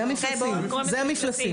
זה המפלסים.